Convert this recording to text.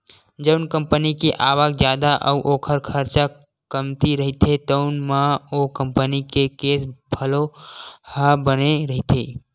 जउन कंपनी के आवक जादा अउ ओखर खरचा कमती रहिथे अइसन म ओ कंपनी के केस फ्लो ह बने रहिथे